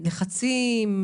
והלחצים,